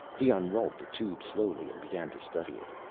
he unrolled the tube slowly and began to study it.